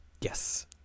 Yes